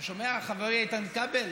אתה שומע, חברי איתן כבל?